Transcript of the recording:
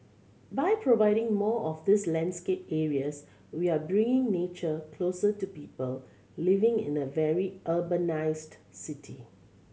by providing more of these landscape areas we're bringing nature closer to people living in a very urbanised city